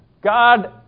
God